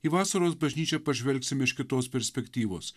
į vasaros bažnyčią pažvelgsime iš kitos perspektyvos